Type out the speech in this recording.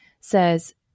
says